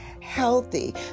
healthy